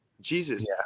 Jesus